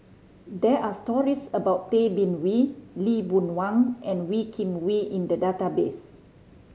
there are stories about Tay Bin Wee Lee Boon Wang and Wee Kim Wee in the database